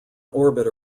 orbit